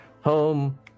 Home